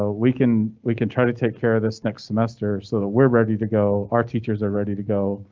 ah we can. we can try to take care of this next semester so that we're ready to go. our teachers are ready to go.